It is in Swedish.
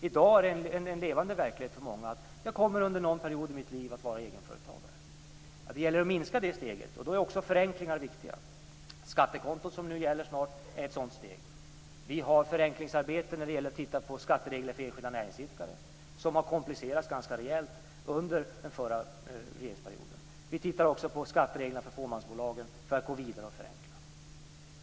I dag är det en levande verklighet för många att man någon gång under sitt liv kommer att vara egenföretagare. Det gäller att minska det steget. Där är också förenklingar viktiga. Skattekontot som nu snart kommer att gälla är ett sådant steg. Vi har tittat på förenklingar när det gäller skatteregler för enskilda näringsidkare. De reglerna har komplicerats ganska rejält under förra regeringsperioden. Vi tittar också på skattereglerna för fåmansbolagen för att gå vidare och förenkla.